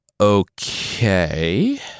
Okay